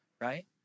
right